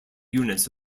units